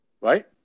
Right